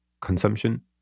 consumption